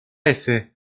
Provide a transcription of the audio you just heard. ese